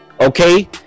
okay